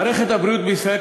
מערכת הבריאות בישראל,